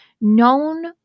known